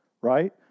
right